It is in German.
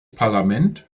parlament